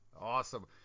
Awesome